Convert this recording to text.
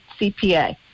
CPA